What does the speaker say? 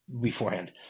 beforehand